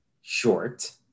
short